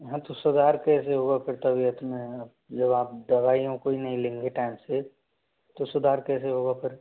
हाँ तो सुधार कैसे होगा फिर तबीयत में अब जब आप दवाईयों को ही नहीं लेंगे टाइम से तो सुधार कैसे होगा फिर